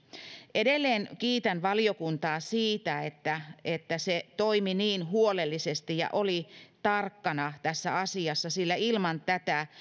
edelleen kiitän valiokuntaa siitä että että se toimi niin huolellisesti ja oli tarkkana tässä asiassa sillä ilman tätä